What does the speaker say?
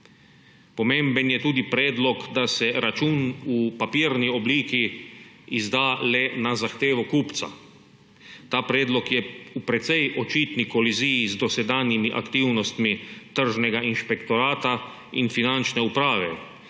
Pomemben je tudi predlog, da se račun v papirni obliki izda le na zahtevo kupca. Ta predlog je v precej očitni koliziji z dosedanjimi aktivnostmi Tržnega inšpektorata in Finančne uprave